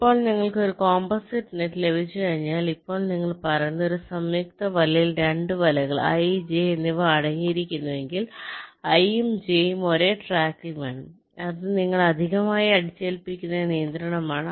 ഇപ്പോൾ നിങ്ങൾക്ക് ഒരു കോമ്പോസിറ്റ് നെറ്റ് ലഭിച്ചുകഴിഞ്ഞാൽ ഇപ്പോൾ നിങ്ങൾ പറയുന്നത് ഒരു സംയുക്ത വലയിൽ 2 വലകൾ i j എന്നിവ അടങ്ങിയിരിക്കുന്നുവെങ്കിൽ i ഉം j ഉം ഒരേ ട്രാക്കിൽ വേണം അത് നിങ്ങൾ അധികമായി അടിച്ചേൽപ്പിക്കുന്ന നിയന്ത്രണമാണ്